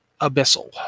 abyssal